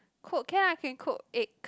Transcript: cook can I can cook egg